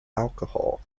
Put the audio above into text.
alcohol